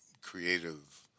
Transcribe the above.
creative